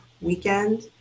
weekend